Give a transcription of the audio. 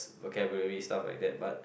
vocabulary stuff like that but